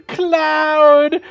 cloud